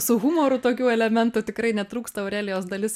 su humoru tokių elementų tikrai netrūksta aurelijos dalis